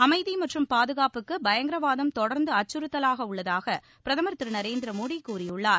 அமைதி மற்றும் பாதுகாப்புக்கு பயங்கரவாதம் தொடர்ந்து அச்சுறுத்தலாக உள்ளதாக பிரதமர் திரு நரேந்திர மோடி கூறியுள்ளார்